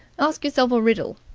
ask yourself a riddle.